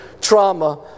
trauma